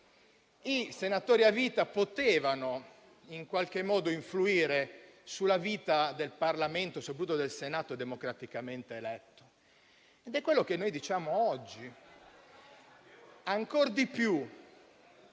i senatori a vita potevano in qualche modo influire sulla vita del Parlamento, soprattutto del Senato, democraticamente eletto. È quello che noi diciamo oggi, ancor di più